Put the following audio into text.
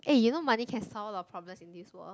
eh you know money can solve alot of problems in this world